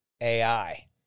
AI